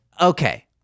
Okay